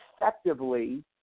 effectively